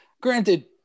granted